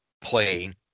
playing